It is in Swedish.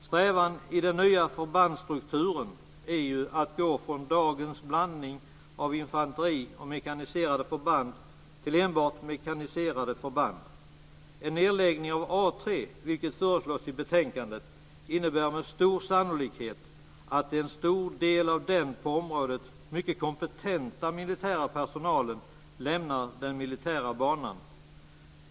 Strävan i den nya förbandsstrukturen är ju att gå från dagens blandning av infanteriförband och mekaniserade förband till enbart mekaniserade förband. En nedläggning av A 3, vilket föreslås i betänkandet, innebär med stor sannolikhet att en stor del av den på området mycket kompetenta militära personalen lämnar den militära banan.